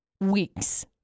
Weeks